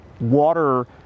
water